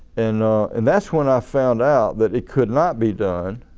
and and that's when i found out that it could not be done